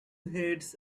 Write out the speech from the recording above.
heads